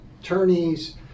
attorneys